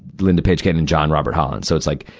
lynda page cayton, and john robert holland. so, it's like,